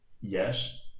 yes